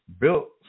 built